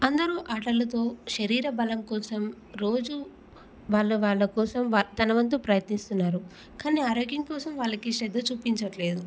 అందరూ ఆటలతో శరీర బలం కోసం రోజూ వాళ్ళ వాళ్ళ కోసం వాగ్ తన వంతు ప్రయత్నిస్తున్నారు కానీ ఆరోగ్యం కోసం వాళ్ళకి శ్రద్ధ చూపించట్లేదు